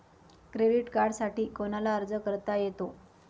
Credit कार्डसाठी कोणाला अर्ज करता येतो?